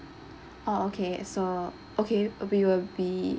oh okay so okay we will be